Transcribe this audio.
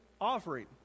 offering